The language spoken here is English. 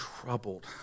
troubled